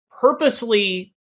purposely